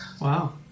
Wow